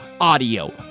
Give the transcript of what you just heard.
audio